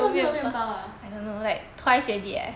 做么没有面包 ah